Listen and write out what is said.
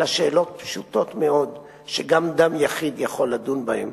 אלא שאלות פשוטות מאוד שגם דן יחיד יכול לדון בהן.